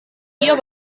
iyo